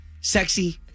sexy